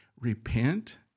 Repent